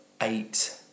eight